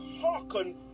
hearken